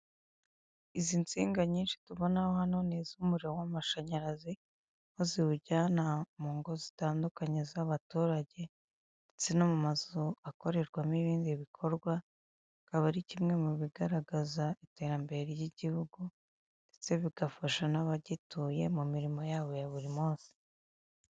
Izi nsinga nyinshi tubonaho hano ni iz'umuriro w'amashanyarazi, aho ziwujyana mu ngo zitandukanye z'abaturage ndetse no mu mazu akorerwamo ibindi bikorwa. Akaba ari kimwe mu bigaragaza iterambere ry'igihugu ndetse bigafasha n'abagituye mu mirimo yabo ya buri munsi.